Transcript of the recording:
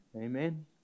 Amen